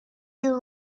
year